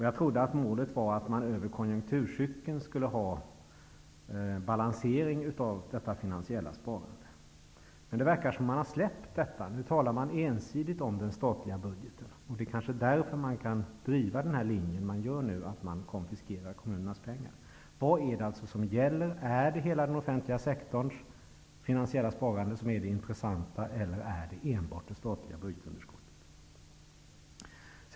Jag trodde att målet var att man över konjunkturcykeln skulle ha en balansering av detta finansiella sparande. Men det verkar som att man har släppt detta. Nu talar man ensidigt om den statliga budgeten, och det är kanske därför man kan driva den linje som man nu driver och konfiskera kommunernas pengar. Vad är det alltså som gäller -- är det hela den offentliga sektorns finansiella sparande som är det intressanta, eller är det enbart det statliga budgetunderskottet?